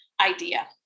idea